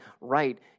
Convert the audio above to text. right